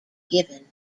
given